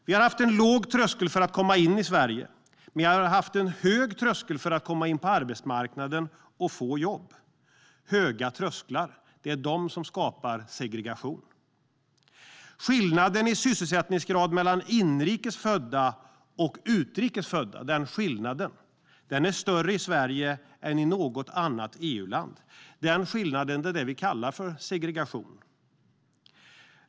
Vi har haft en låg tröskel för att komma in i Sverige, men vi har haft en hög tröskel för att komma in på arbetsmarknaden och få jobb. Det är höga trösklar som skapar segregation. Skillnaden i sysselsättningsgrad mellan inrikes födda och utrikes födda är större i Sverige än i något annat EU-land. Det är den skillnaden vi kallar segregation.